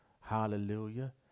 Hallelujah